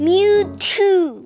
Mewtwo